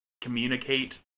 communicate